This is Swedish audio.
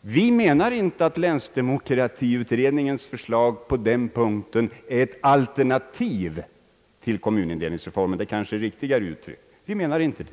De menar inte att länsdemokratiutredningens förslag på den punkten är ett alternativ till kommunindelningsreformen — det kanske är riktigare uttryckt.